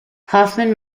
hoffmann